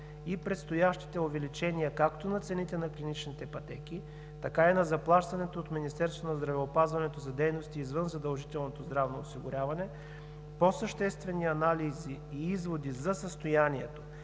и предстоящите увеличения както на цените на клиничните пътеки, така и на заплащането от Министерството на здравеопазването за дейности извън задължителното здравно осигуряване, по-съществени анализи и изводи за състоянието